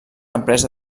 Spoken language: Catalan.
empresa